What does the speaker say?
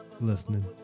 listening